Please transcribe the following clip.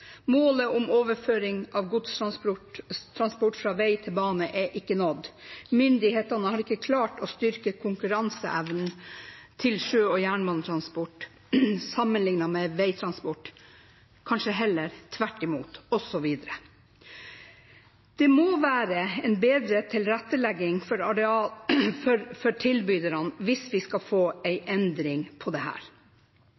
Målet om overføring av godstransport fra vei til bane er ikke nådd. Myndighetene har ikke klart å styrke sjø- og jernbanetransportens konkurranseevne sammenlignet med veitransport, kanskje heller tvert imot, osv. Det må være en bedre tilrettelegging for tilbyderne hvis vi skal få